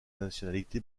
nationalité